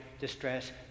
distress